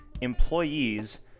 employees